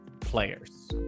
players